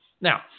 Now